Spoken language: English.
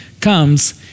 comes